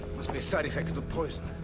must be a side effect of the poison.